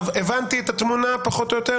הבנתי את התמונה, פחות או יותר?